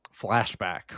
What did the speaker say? flashback